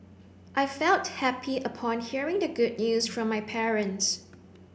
I felt happy upon hearing the good news from my parents